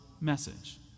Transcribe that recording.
message